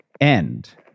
end